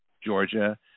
Georgia